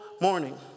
morning